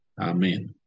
amen